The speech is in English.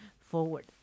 forward